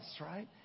right